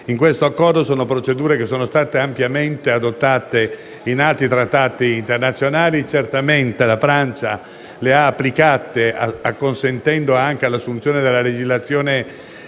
nell'accordo in esame sono state ampiamente adottate in altri trattati internazionali. Certamente, la Francia le ha applicate, acconsentendo anche all'assunzione della legislazione